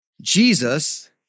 Jesus